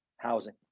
housing